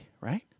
right